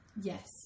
Yes